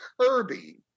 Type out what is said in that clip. Kirby